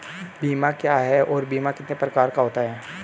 बीमा क्या है और बीमा कितने प्रकार का होता है?